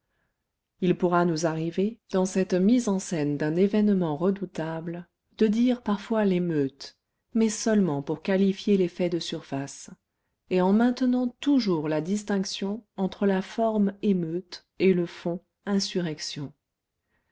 il pourra nous arriver dans cette mise en scène d'un événement redoutable de dire parfois l'émeute mais seulement pour qualifier les faits de surface et en maintenant toujours la distinction entre la forme émeute et le fond insurrection